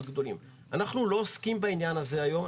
אנחנו לא עוסקים בעניין הזה היום,